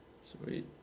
Sweet